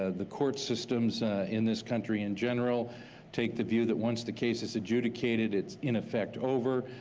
ah the court systems in this country in general take the view that once the case is ejudicated, it's in effect over,